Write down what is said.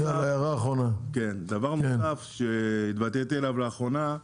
דבר נוסף שהתבטאתי עליו לאחרונה,